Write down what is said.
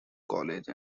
college